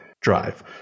drive